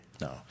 No